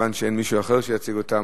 מחייבת אותם